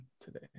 today